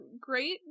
great